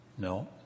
No